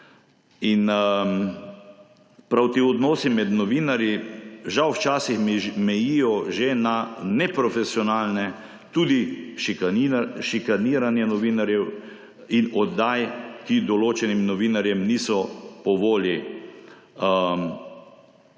in prav ti odnosi med novinarji, žal, včasih mejijo že na neprofesionalnost, tudi šikaniranje novinarjev in oddaj, ki določenim novinarjem niso po volji